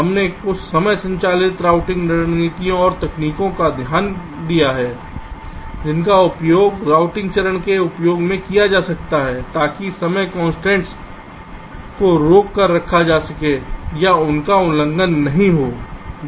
हमने कुछ समय संचालित रूटिंग रणनीतियों और तकनीकों पर ध्यान दिया है जिनका उपयोग रूटिंग चरण में उपयोग किया जा सकता है ताकि समय की कंस्ट्रेंट्स को रोक कर रखा जा सके या उनका उल्लंघन नहीं हो रहा है